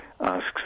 asks